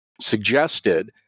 suggested